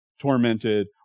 tormented